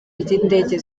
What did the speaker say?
ry’indege